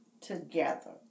together